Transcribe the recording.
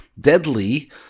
deadly